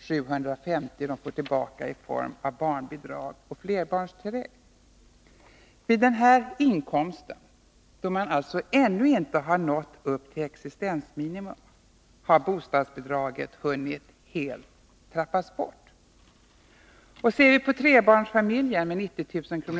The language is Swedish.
750 kr. den får tillbaka i form av barnbidrag och flerbarnstillägg. Vid denna inkomst, då man alltså ännu inte har nått upp till existensminimum, har bostadsbidraget helt trappats bort. Trebarnsfamiljen med 90 000 kr.